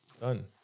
Done